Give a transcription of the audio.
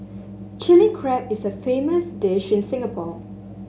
Chilli Crab is a famous dish in Singapore